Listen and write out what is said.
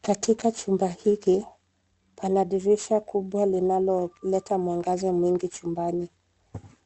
Katika chumba hiki pana dirisha kubwa linaloleta mwangaza mwingi chumbani.